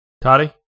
Toddy